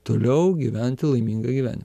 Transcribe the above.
toliau gyventi laimingai gyveni